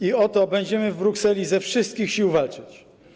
I o to będziemy w Brukseli ze wszystkich sił walczyć.